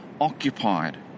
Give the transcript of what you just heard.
occupied